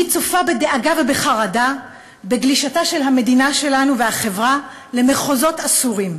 אני צופה בדאגה ובחרדה בגלישה של המדינה והחברה שלנו למחוזות אסורים.